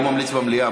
הוא ממליץ במליאה.